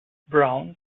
brown